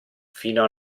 fino